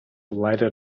lighted